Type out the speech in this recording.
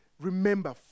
remember